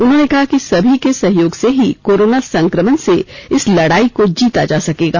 उन्होंने कहा कि सभी के सहयोग से ही कोरोना संक्रमण से इस लड़ाई को जीता जा सकेगा